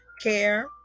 care